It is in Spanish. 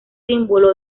símbolo